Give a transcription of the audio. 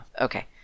Okay